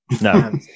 No